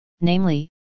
namely